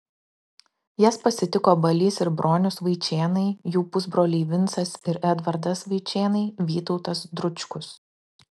jas pasitiko balys ir bronius vaičėnai jų pusbroliai vincas ir edvardas vaičėnai vytautas dručkus